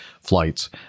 flights